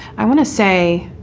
i want to say